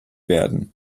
werden